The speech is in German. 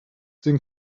den